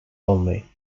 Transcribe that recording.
only